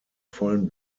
vollen